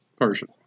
person